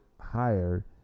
higher